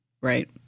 Right